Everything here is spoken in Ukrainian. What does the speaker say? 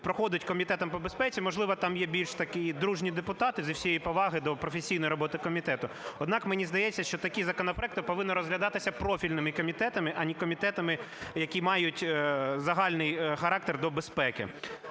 проходять Комітет по безпеці, можливо, там є більш такі дружні депутати, зі всією повагою до професійної роботи комітету. Однак, мені здається, що такі законопроекти повинні розглядатися профільними комітетами, а не комітетами, які мають загальний характер до безпеки.